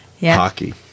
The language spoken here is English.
Hockey